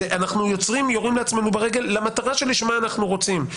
אנחנו יורים לעצמנו ברגל למטרה לשמה אנחנו רוצים.